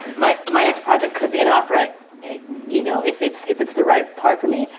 my my next project could be an opera you know if it's if it's the right part for me.